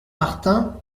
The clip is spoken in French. martin